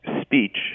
speech